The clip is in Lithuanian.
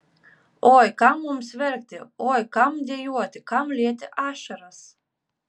oi kam mums verkti oi kam dejuoti kam lieti ašaras